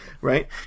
right